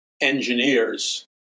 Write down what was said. engineers